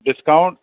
discount